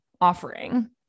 offering